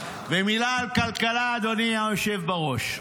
ומילה על כלכלה, אדוני היושב בראש.